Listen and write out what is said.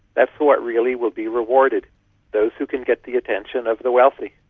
that's what really will be rewarded those who can get the attention of the wealthy.